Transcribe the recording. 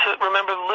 Remember